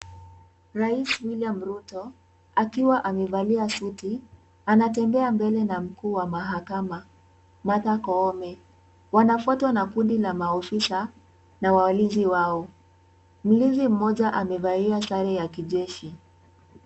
Rais William Ruto, akiwa amevalia suti, anatembea mbele na mkuu wa mahakama Martha Koome. Wanafuatwa na kundi la maofisa na walinzi wao. Mlinzi mmoja amevalia sare ya kijeshi.